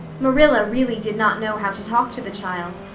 marilla really did not know how to talk to the child,